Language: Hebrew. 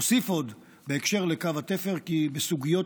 אוסיף עוד בהקשר של קו התפר כי בסוגיות